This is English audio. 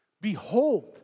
behold